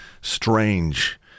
strange